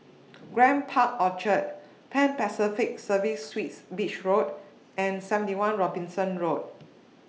Grand Park Orchard Pan Pacific Serviced Suites Beach Road and seventy one Robinson Road